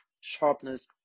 sharpness